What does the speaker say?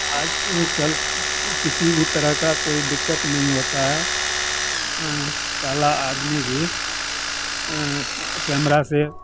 आज कल किसी भी तरह का कोई दिक्कत नहीं होता है पहला आदमी भी कैमरा से